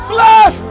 Bless